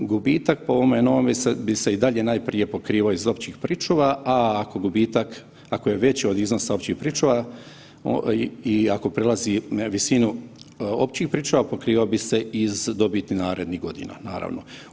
U gubitak po ovome novome bi se i dalje najprije pokrivo iz općih pričuva, a ako gubitak, ako je veći od iznosa općih pričuva i ako prelazi visinu općih pričuva pokrivo bi se iz dobiti narednih godina naravno.